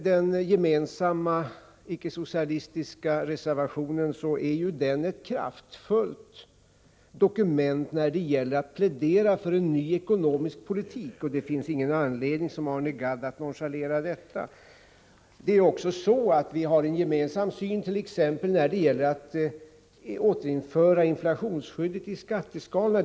Den gemensamma icke-socialistiska reservationen är ett kraftfullt dokument när det gäller att plädera för en ny ekonomisk politik. Det finns därför inte någon anledning att som Arne Gadd nonchalera detta. Vi har en gemensam syn också när det gäller att återinföra inflationsskyddet i skatteskalorna.